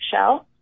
shell